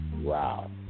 Wow